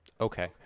Okay